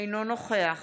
אינו נוכח